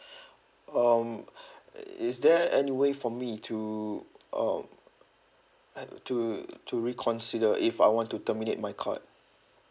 um is there any way for me to um uh to to reconsider if I want to terminate my card